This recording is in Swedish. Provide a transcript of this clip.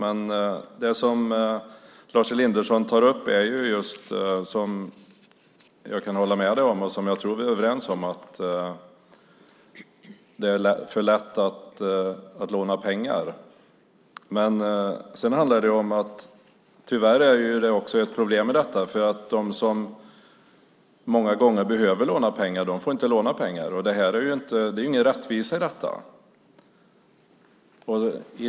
Men det som Lars Elinderson tar upp, som jag kan hålla med om och tror att vi är överens om, är att det är för lätt att låna pengar. Tyvärr är det ett problem att de som många gånger behöver låna pengar inte får låna pengar. Det är ju ingen rättvisa i detta.